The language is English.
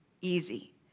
Easy